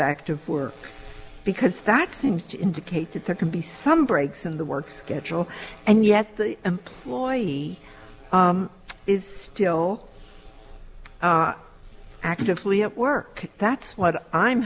active work because that seems to indicate that there can be some breaks in the work schedule and yet the employee is still actively have work that's what i'm